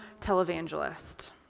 televangelist